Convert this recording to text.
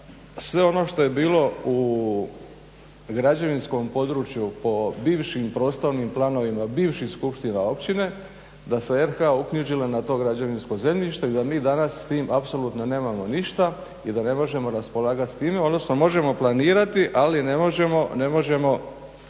sve ono što je bilo u građevinskom području po bivšim prostornim planovima bivših skupština općine da se RH uknjižila na to građevinsko zemljište i da mi danas s tim apsolutno nemamo ništa i da ne možemo raspolagat s time, odnosno možemo planirati ali ne možemo kvalitetno